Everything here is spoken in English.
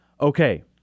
Okay